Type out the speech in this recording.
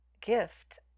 gift